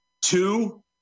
two